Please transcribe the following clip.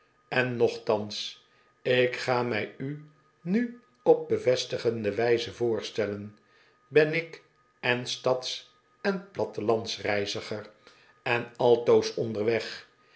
en nochtans ik ga mij u nu op bevestigende wijze voorstellen ben ik èn stads en plattelandsreiziger en altoos onderweg